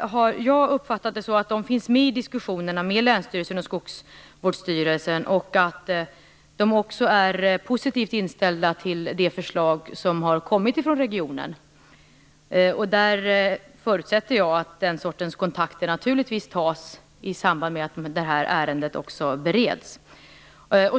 har jag uppfattat att de finns med i diskussionerna med länsstyrelsen och Skogsvårdsstyrelsen och att de är positivt inställda till de förslag som har kommit från regionen. Jag förutsätter att den sortens kontakter naturligtvis också tas i samband med att detta ärende bereds.